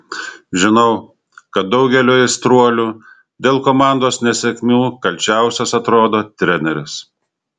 žinau kad daugeliui aistruolių dėl komandos nesėkmių kalčiausias atrodo treneris